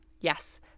Yes